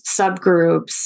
subgroups